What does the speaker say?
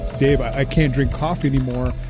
dave, i can't drink coffee anymore.